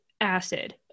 acid